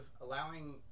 allowing